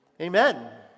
Amen